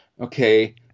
okay